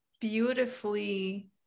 beautifully